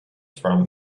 from